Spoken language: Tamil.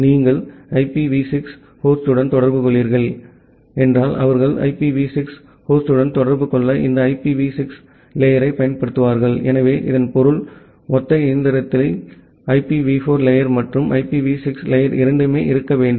நீங்கள் IPv6 ஹோஸ்டுடன் தொடர்புகொள்கிறீர்கள் என்றால் அவர்கள் IPv6 ஹோஸ்டுடன் தொடர்பு கொள்ள இந்த IPv6 அடுக்கைப் பயன்படுத்துவார்கள் எனவே இதன் பொருள் ஒற்றை இயந்திரத்தில் IPv4 லேயர் மற்றும் IPv6 லேயர் இரண்டுமே இருக்க வேண்டும்